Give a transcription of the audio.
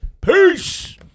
Peace